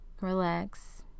relax